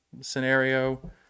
scenario